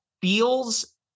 feels